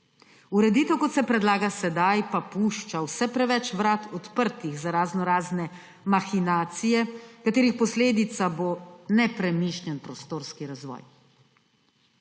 Ureditev, kot se predlaga sedaj, pa pušča vse preveč vrat odprtih za raznorazne mahinacije, katerih posledica bo nepremišljen prostorski razvoj.